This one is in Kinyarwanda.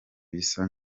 bisa